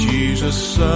Jesus